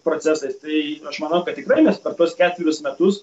procesas tai aš manau kad tikrai mes per tuos ketverius metus